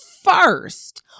first